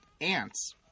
Ants